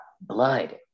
blood